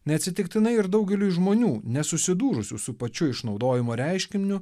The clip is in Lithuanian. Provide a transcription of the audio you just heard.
neatsitiktinai ir daugeliui žmonių nesusidūrusių su pačiu išnaudojimo reiškiniu